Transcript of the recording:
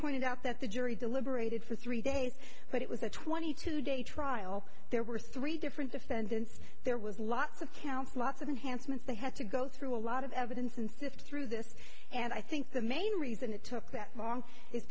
pointed out that the jury deliberated for three days but it was a twenty two day trial there were three different defendants there was lots of councilors unhandsome and they had to go through a lot of evidence and sift through this and i think the main reason it took that long i